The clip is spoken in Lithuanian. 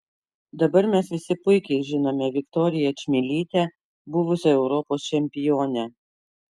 dabar mes visi puikiai žinome viktoriją čmilytę buvusią europos čempionę